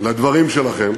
לדברים שלכם,